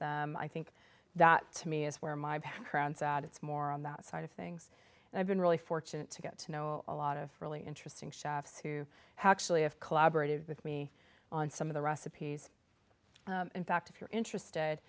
them i think that to me is where my background said it's more on that side of things and i've been really fortunate to get to know a lot of really interesting chefs who how actually i've collaborated with me on some of the recipes in fact if you're interested